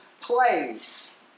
place